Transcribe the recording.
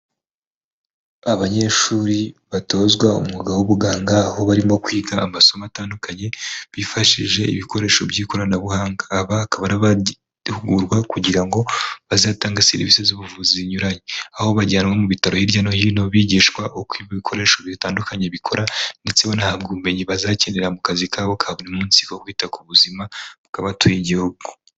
Aanyeshuri batozwa umwuga w'ubuganga aho barimo kwiga amasomo atandukanye bifashishije ibikoresho by'ikoranabuhanga, aba akaba ari abahugurwa kugira ngo bazatange serivisi z'ubuvuzi zinyuranye, aho bajyanwa mu bitaro hirya no hino bigishwa uko ibikoresho bitandukanye bikora, ndetse banahabwa ubumenyi bazakenera mu kazi kabo ka buri munsi ko kwita ku buzima bw'abatuye igihugu